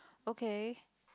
okay